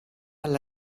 alla